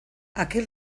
aquel